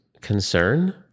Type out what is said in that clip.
concern